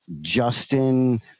Justin